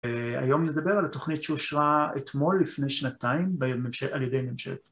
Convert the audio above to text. היום נדבר על התוכנית שאושרה אתמול לפני שנתיים על ידי ממשלת...